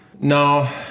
Now